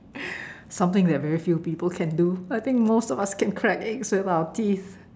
something that very few people can do I think most of us can crack eggs with our teeth